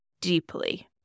deeply